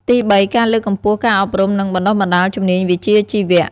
ទីបី ការលើកកម្ពស់ការអប់រំ និងបណ្តុះបណ្តាលជំនាញវិជ្ជាជីវៈ។